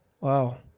Wow